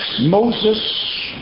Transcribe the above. Moses